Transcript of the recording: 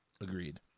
agreed